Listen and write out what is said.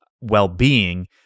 well-being